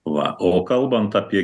va o kalbant apie